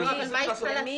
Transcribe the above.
אבל מה היא צריכה לעשות?